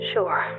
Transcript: Sure